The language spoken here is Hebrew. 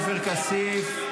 עופר כסיף,